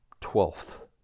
twelfth